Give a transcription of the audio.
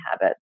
habits